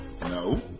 No